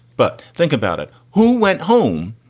but think about it. who went home?